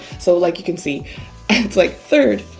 so like you can see and it's like third,